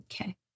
Okay